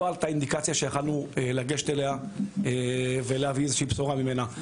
לא עלתה אינדיקציה שיכולנו לגשת אליה ולהביא איזו שהיא בשורה ממנה.